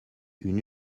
une